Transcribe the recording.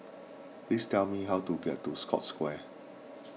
please tell me how to get to Scotts Square